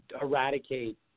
eradicate